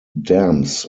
dams